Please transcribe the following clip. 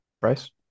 Bryce